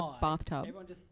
bathtub